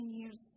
years